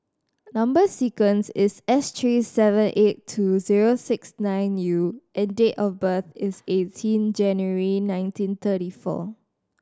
number sequence is S three seven eight two zero six nine U and date of birth is eighteen January nineteen thirty four